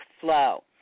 flow